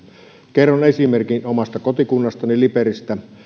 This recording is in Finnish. kerron esimerkin omasta kotikunnastani liperistä